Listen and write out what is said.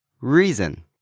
Reason